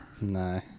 No